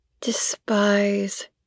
despise